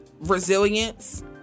Resilience